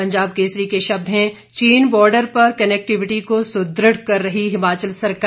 पंजाब केसरी के शब्द हैं चीन बॉर्डर पर कनैक्टीविटी को सुदृढ़ कर रही हिमाचल सरकार